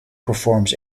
performs